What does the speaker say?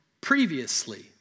previously